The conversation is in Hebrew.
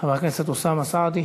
חבר הכנסת אוסאמה סעדי,